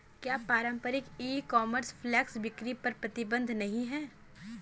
क्या पारंपरिक e commerce flash बिक्री पर प्रतिबंध नहीं है?